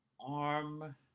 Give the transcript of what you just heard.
arm